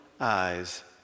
eyes